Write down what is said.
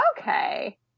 okay